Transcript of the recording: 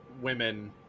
women